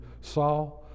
Saul